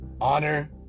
honor